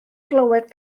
glywed